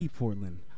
Portland